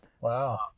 Wow